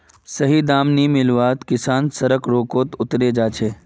सही दाम नी मीवात किसान सड़क रोकोत उतरे जा छे